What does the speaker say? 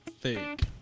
Fake